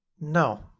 No